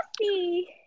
see